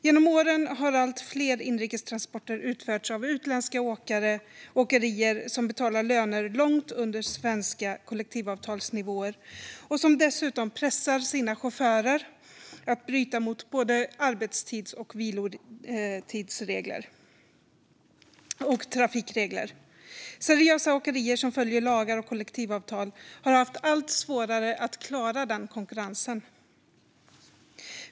Genom åren har allt fler inrikestransporter utförts av utländska åkerier som betalar löner långt under svenska kollektivavtalsnivåer och som dessutom pressar sina chaufförer att bryta mot arbetstidsregler, vilotidsregler och trafikregler. Seriösa åkerier som följer lagar och kollektivavtal har haft allt svårare att klara den konkurrensen.